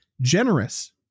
generous